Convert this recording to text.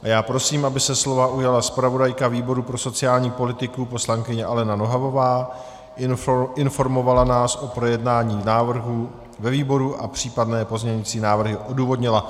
Já prosím, aby se slova ujala zpravodajka výboru pro sociální politiku poslankyně Alena Nohavová, informovala nás o projednání návrhu ve výboru a případné pozměňovací návrhy odůvodnila.